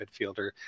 midfielder